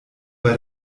bei